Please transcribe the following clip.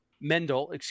Mendel